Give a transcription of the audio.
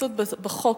התייחסות בחוק,